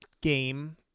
game